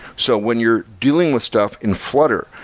so when you're dealing with stuff in flutter,